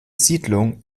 siedlung